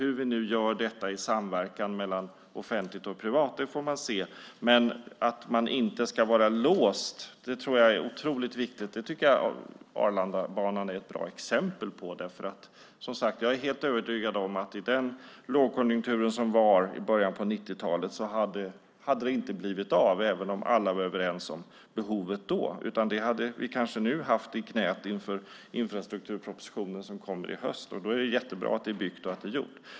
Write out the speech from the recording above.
Hur vi nu gör detta i samverkan mellan offentligt och privat får vi se. Det är otroligt viktigt att vi inte är låsta. Där tycker jag att Arlandabanan är ett bra exempel. Jag är helt övertygad om att i den lågkonjunkturen i början av 90-talet hade den inte blivit av, även om alla var överens om behovet. Det hade vi kanske haft nu i knät inför infrastrukturpropositionen som kommer i höst. Då är det bra att det är byggt och gjort.